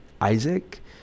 Isaac